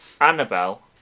Annabelle